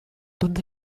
dónde